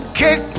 kick